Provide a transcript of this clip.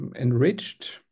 enriched